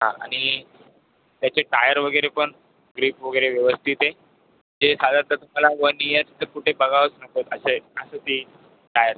हां आणि त्याचे टायर वगैरे पण ग्रीप वगैरे व्यवस्थित आहे ते साधारणतः तुम्हाला वन इयर तर कुठे बघावंच नको असं आहे असे ते टायर्स